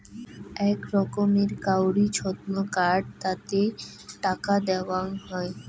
আক রকমের কাউরি ছক্ত কার্ড তাতে টাকা দেওয়াং হই